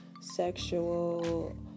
sexual